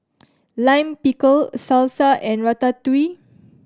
Lime Pickle Salsa and Ratatouille